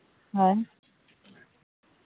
ᱦᱳᱭ